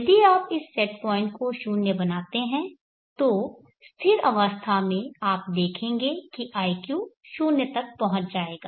यदि आप इस सेट पॉइंट को शून्य बनाते हैं तो स्थिर अवस्था में आप देखेंगे कि iq 0 तक पहुंच जाएगा